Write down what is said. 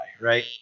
right